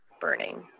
burning